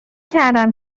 کردم